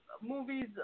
movies